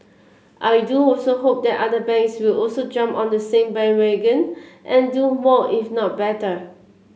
I do also hope that other banks will also jump on the same bandwagon and do more if not better